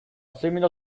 similar